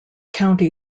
county